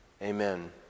Amen